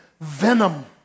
venom